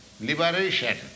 liberation